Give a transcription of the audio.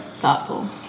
Thoughtful